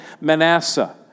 Manasseh